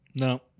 No